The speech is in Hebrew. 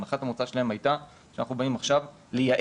הנחת המוצא שלהם הייתה שאנחנו באים עכשיו לייעל